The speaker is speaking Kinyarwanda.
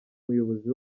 muyobozi